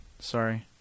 Sorry